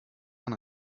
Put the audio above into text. man